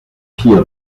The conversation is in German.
pia